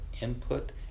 input